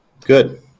Good